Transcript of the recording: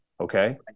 okay